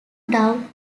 doubt